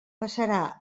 passarà